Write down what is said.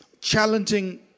challenging